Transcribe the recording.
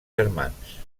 germans